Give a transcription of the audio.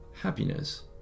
happiness